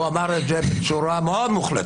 הוא אמר את זה בצורה מאוד מוחלטת.